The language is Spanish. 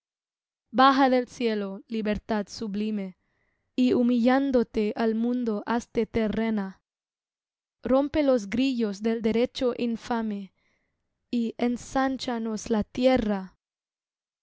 baja del cielo libertad sublime y humillándote al mundo hazte terrena rompe los grillos del derecho infame y ensánchanos la tierra